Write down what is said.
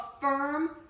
firm